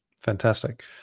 Fantastic